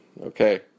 okay